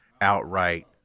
outright